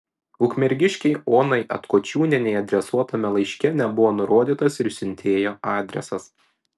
ukmergiškei onai atkočiūnienei adresuotame laiške nebuvo nurodytas ir siuntėjo adresas